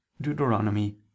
deuteronomy